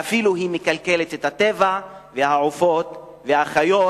ואפילו היא מקלקלת את הטבע והעופות והחיות.